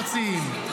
ארציים.